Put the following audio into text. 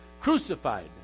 crucified